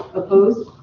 opposed,